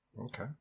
okay